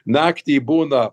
naktį būna